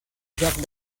joc